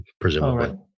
Presumably